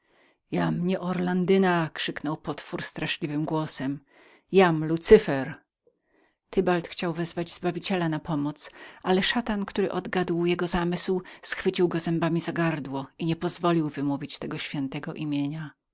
jam nie orlandyna krzyknął potwór straszliwym głosem jam lucyper tybald chciał wezwać zbawiciela na pomoc ale szatan który odgadł jego zamysł schwycił go zębami za gardło i niepozwolił wymówić tego świętego nazwiska